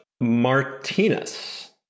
Martinez